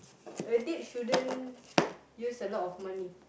a date shouldn't use a lot of money